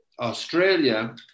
Australia